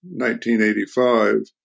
1985